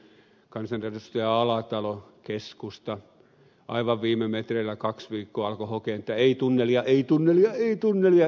kansanedustaja alatalo keskusta aivan viime metreillä kaksi viikkoa hoki että ei tunnelia ei tunnelia ei tunnelia